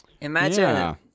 Imagine